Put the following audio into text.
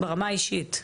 ברמה האישית.